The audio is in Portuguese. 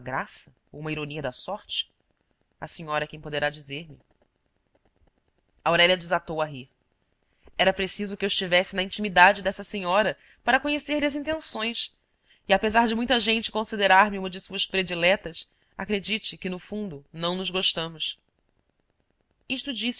graça ou uma ironia da sorte a senhora é quem poderá dizer-me aurélia desatou a rir era preciso que eu estivesse na intimidade dessa senhora para conhecer lhe as intenções e apesar de muita gente considerar me uma de suas prediletas acredite que no fundo não nos gostamos isto